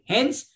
Hence